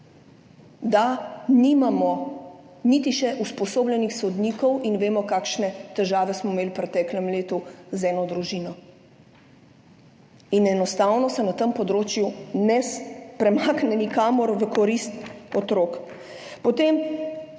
da nimamo še niti usposobljenih sodnikov in vemo, kakšne težave smo imeli v preteklem letu z eno družino in enostavno se na tem področju ne premakne nikamor v korist otrok.